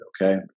Okay